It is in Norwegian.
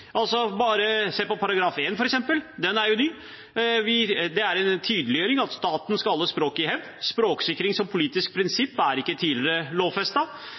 Se f.eks. på § 1, den er jo ny. Det er en tydeliggjøring av at staten skal holde språket i hevd. Språksikring som politisk prinsipp er ikke tidligere